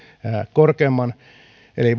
korkeamman eli